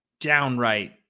downright